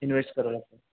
invest करतात